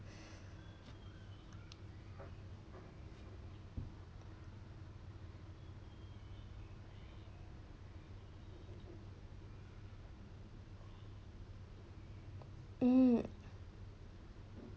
mm